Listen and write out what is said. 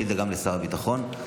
שאילתה לשר הביטחון.